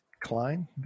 Klein